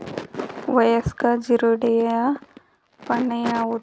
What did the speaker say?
ವಯಸ್ಕ ಜೀರುಂಡೆಯ ಬಣ್ಣ ಯಾವುದು?